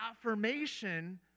affirmation